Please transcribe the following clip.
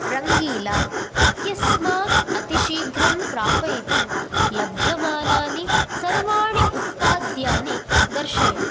रङ्गीला इत्यस्मात् अतिशीघ्रं प्रापयितुं लभ्यमानानि सर्वाणि उत्पाद्यानि दर्शय